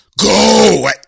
go